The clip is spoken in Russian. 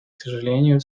сожалению